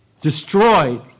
destroyed